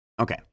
Okay